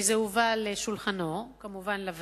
כי זה הובא לשולחן הוועדה,